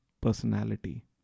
personality